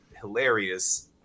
hilarious